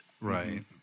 Right